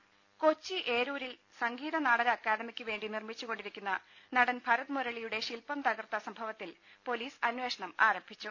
ദേദ കൊച്ചി എരൂരിൽ സംഗീത നാടക അക്കാദമിക്ക് വേണ്ടി നിർമ്മിച്ചു കൊണ്ടിരിക്കുന്ന നടൻ ഭരത് മുരളിയുടെ ശില്പം തകർത്ത സംഭവത്തിൽ പൊലീസ് അന്വേഷണം ആരംഭിച്ചു